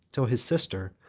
till his sister,